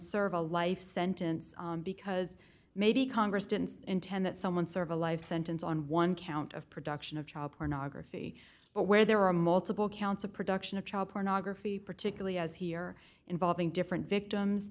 serve a life sentence because maybe congress didn't intend that someone serve a life sentence on one count of production of child pornography but where there are multiple counts of production of child pornography particularly as here involving different victims